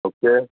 okay